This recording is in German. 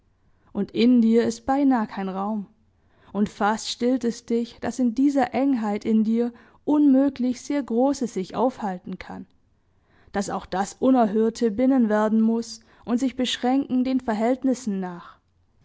und in dir ist beinah kein raum und fast stillt es dich daß in dieser engheit in dir unmöglich sehr großes sich aufhalten kann daß auch das unerhörte binnen werden muß und sich beschränken den verhältnissen nach